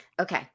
Okay